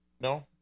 No